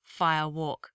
firewalk